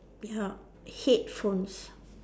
ya headphones